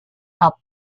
helped